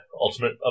Ultimate